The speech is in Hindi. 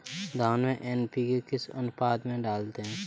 धान में एन.पी.के किस अनुपात में डालते हैं?